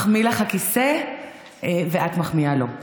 מחמיא לך הכיסא ואת מחמיאה לו.